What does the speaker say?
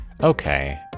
okay